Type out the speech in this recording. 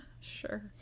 sure